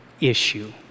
issue